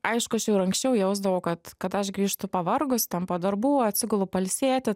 aišku aš ir anksčiau jausdavau kad kad aš grįžtu pavargus ten po darbų atsigulu pailsėti